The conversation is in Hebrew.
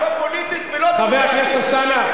אתם לא פוליטית ולא, חבר הכנסת אלסאנע.